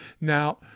Now